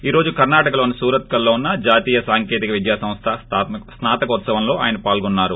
ఈ రోజు కర్పాటకలోని సూరత్ కల్ లో ఉన్న జాతీయ సాంకేతిక విద్యా సంస్థ స్నాతకోత్సవంలో ఆయన పాల్గొన్నారు